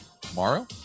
tomorrow